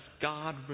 God